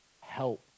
help